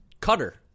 Cutter